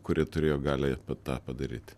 kurie turėjo galią tą padaryt